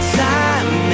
time